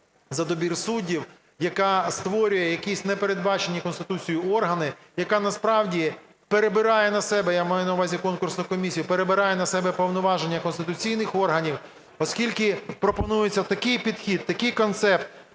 за добір суддів, яка створює якісь непередбачені Конституцією органи, яка насправді перебирає на себе, я маю на увазі конкурсну комісію, перебирає на себе повноваження конституційних органів, оскільки пропонується такий підхід, такий концепт,